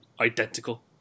identical